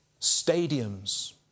stadiums